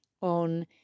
on